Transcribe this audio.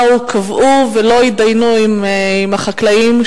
באו, קבעו, ולא התדיינו עם החקלאים.